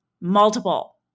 Multiple